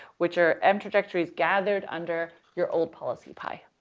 which are m trajectories gathered under your old policy pi,